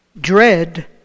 Dread